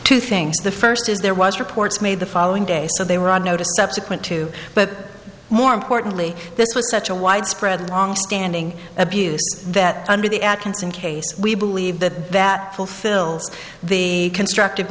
two things the first is there was reports made the following day so they were on notice subsequent to but more importantly this was such a widespread long standing abuse that under the atkinson case we believe that that fulfills the constructive